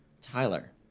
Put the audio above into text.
Tyler